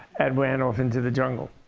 and ran off into the jungle.